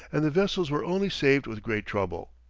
and the vessels were only saved with great trouble.